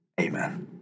Amen